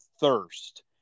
thirst